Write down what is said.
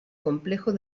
complejo